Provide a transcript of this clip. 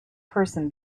person